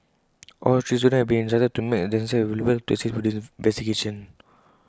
all three students have been instructed to make themselves available to assist with the investigation